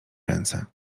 ręce